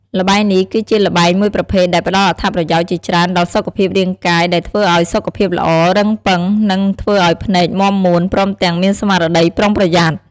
ល្បែងនេះគឺជាល្បែងមួយប្រភេទដែលផ្តល់អត្ថប្រយោជន៍ជាច្រើនដល់សុខភាពរាងកាយដែលធ្វើឲ្យសុខភាពល្អ រឹងប៉ឹង និងធ្វើឲ្យភ្នែកមាំមួន ព្រមទាំងមានស្មារតីប្រុងប្រយ័ត្ន។